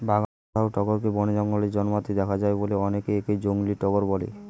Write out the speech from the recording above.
বাগান ছাড়াও টগরকে বনে, জঙ্গলে জন্মাতে দেখা যায় বলে অনেকে একে জংলী টগর বলে